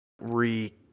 re